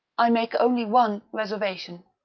i make only one reservation.